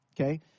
Okay